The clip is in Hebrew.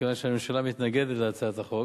כיוון שהממשלה מתנגדת להצעת החוק,